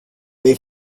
they